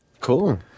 cool